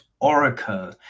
Oracle